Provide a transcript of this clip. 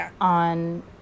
on